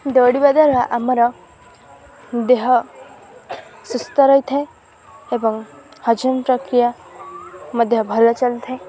ଦୌଡ଼ିବା ଦ୍ୱାରା ଆମର ଦେହ ସୁସ୍ଥ ରହିଥାଏ ଏବଂ ହଜମ ପ୍ରକ୍ରିୟା ମଧ୍ୟ ଭଲ ଚାଲିଥାଏ